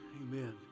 amen